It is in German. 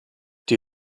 die